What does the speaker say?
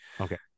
Okay